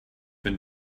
been